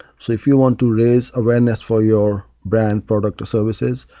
so if you want to raise awareness for your brand, product, or services,